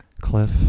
Cliff